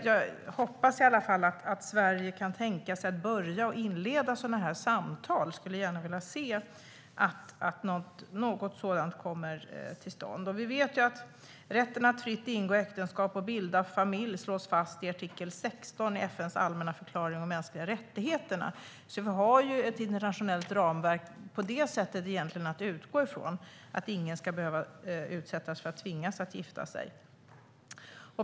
Jag hoppas att Sverige kan börja med att inleda sådana samtal. Jag skulle gärna se att något sådant kommer till stånd. Rätten att fritt ingå äktenskap och bilda familj slås fast i artikel 16 i FN:s allmänna deklaration om de mänskliga rättigheterna. På det sättet har vi ett internationellt ramverk att utgå från. Ingen ska behöva bli tvingad att gifta sig.